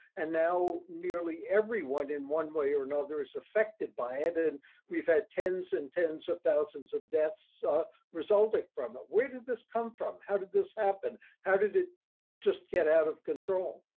and now nearly everyone in one way or another is affected by it. and we've had tens and tens of thousands of deaths resulting from it. where did this come from? how did this happen? how did it just get out of control?